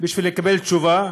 בשביל לקבל תשובה,